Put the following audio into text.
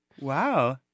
Wow